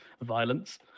violence